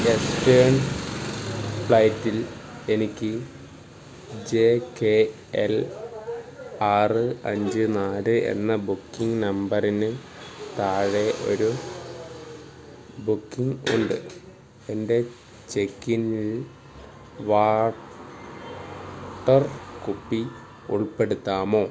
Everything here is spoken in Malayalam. വെസ്റ്റേൺ ഫ്ലൈറ്റിൽ എനിക്ക് ജെ കെ എൽ ആറ് അഞ്ച് നാല് എന്ന ബുക്കിങ് നമ്പറിന് താഴെ ഒരു ബുക്കിങ് ഉണ്ട് എന്റെ ചെക്കിൻ വാട്ടർ കുപ്പി ഉൾപ്പെടുത്താമോ